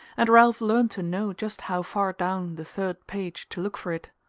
and ralph learned to know just how far down the third page to look for it.